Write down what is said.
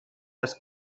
است